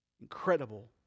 incredible